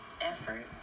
effort